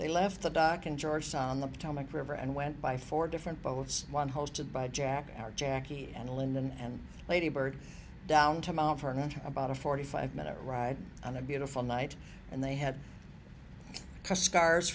they left the dock in georgetown the potomac river and went by four different boats one hosted by jack our jackie and linda and lady bird down to mt vernon about a forty five minute ride on a beautiful night and they had scars